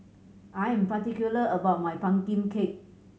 I am particular about my pumpkin cake